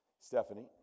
Stephanie